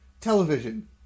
television